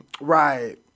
Right